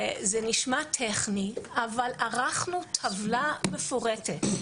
זה נשמע טכני, אבל ערכנו טבלה מפורטת,